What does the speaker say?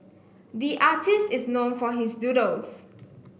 the artist is known for his doodles